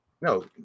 No